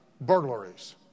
burglaries